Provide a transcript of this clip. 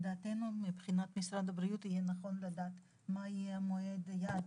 לדעתנו מבחינת משרד הבריאות יהיה נכון לדעת מה יהיה מועד היעד